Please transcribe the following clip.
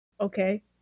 okay